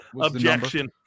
Objection